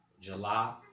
July